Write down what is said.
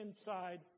inside